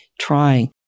trying